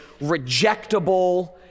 rejectable